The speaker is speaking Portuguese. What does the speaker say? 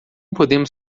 podemos